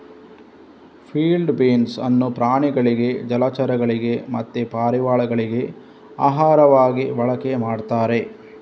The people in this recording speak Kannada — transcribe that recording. ಫೀಲ್ಡ್ ಬೀನ್ಸ್ ಅನ್ನು ಪ್ರಾಣಿಗಳಿಗೆ ಜಲಚರಗಳಿಗೆ ಮತ್ತೆ ಪಾರಿವಾಳಗಳಿಗೆ ಆಹಾರವಾಗಿ ಬಳಕೆ ಮಾಡ್ತಾರೆ